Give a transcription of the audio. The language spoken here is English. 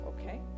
okay